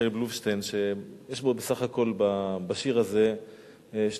רחל בלובשטיין, שיש בו בסך הכול שני בתים.